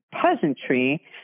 peasantry